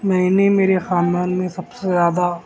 میں نے میرے خاندان میں سب سے زیادہ